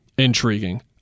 intriguing